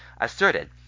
asserted